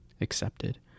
accepted